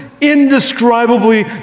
indescribably